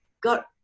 got